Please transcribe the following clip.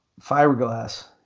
fiberglass